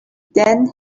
then